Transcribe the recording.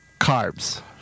Carbs